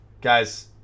Guys